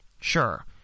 Sure